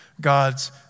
God's